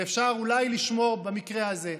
ואפשר אולי לשמור במקרה הזה.